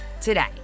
today